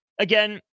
Again